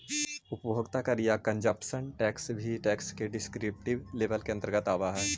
उपभोग कर या कंजप्शन टैक्स भी टैक्स के डिस्क्रिप्टिव लेबल के अंतर्गत आवऽ हई